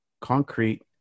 concrete